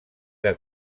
que